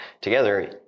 together